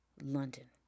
London